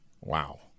Wow